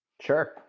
Sure